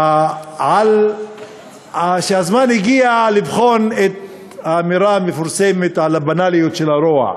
על שהגיע הזמן לבחון את האמירה המפורסמת על הבנאליות של הרוע.